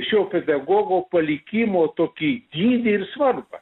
šio pedagogo palikimo tokį gylį ir svarbą